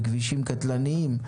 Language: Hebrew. בכבישים קטלניים,